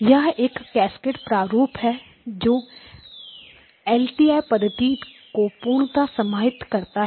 यह एक कैस्केड प्रारूप है जो एलटी आई पद्धति को पूर्णता समाहित करता है